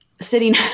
sitting